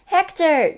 Hector